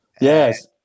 Yes